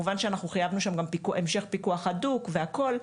ואנחנו כמובן שאנחנו גם חייבנו שם המשך פיקוח הדוק והכל.